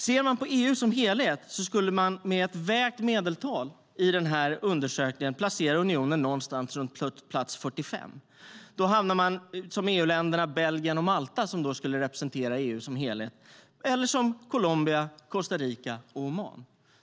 Ser man på EU som helhet så skulle man med ett vägt medeltal i den här undersökningen placera unionen någonstans runt plats 45. Då hamnar man som EU-länderna Belgien och Malta, som då skulle representera EU som helhet, eller som Colombia, Costa Rica och Oman.